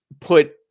put